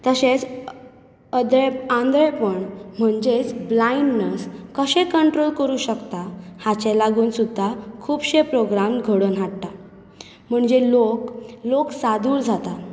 तशेंच अदय आंधळेपण म्हणजेच ब्लायंडनस कशें कण्ट्रोल करूं शकता हाचे लागून सुद्दां खुबशे प्रोग्राम घडोवन हाडटा म्हणजे लोक लोक सादूर जाता